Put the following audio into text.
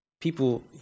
people